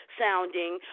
sounding